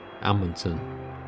Amundsen